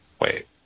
wait